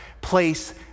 place